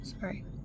sorry